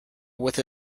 with